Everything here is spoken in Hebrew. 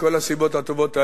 מכל הסיבות הטובות האלה,